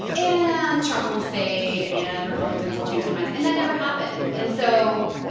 and trump will fade, and republicans will change their minds. and that never happened. and so.